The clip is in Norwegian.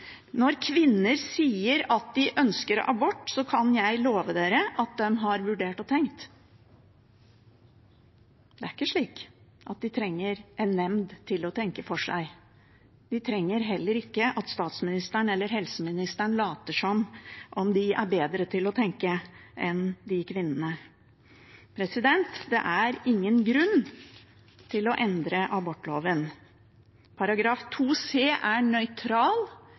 Når kvinner sier at de ønsker abort, kan jeg love at de har vurdert og tenkt. Det er ikke slik at de trenger en nemnd til å tenke for seg. De trenger heller ikke at statsministeren eller helseministeren later som om de er bedre til å tenke enn disse kvinnene. Det er ingen grunn til å endre abortloven. Paragraf 2 c er nøytral,